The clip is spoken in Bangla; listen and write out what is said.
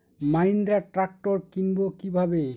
মাহিন্দ্রা ট্র্যাক্টর কিনবো কি ভাবে?